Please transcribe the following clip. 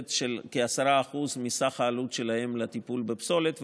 תוספת של כ-10% מסך העלות שלהן לטיפול בפסולת,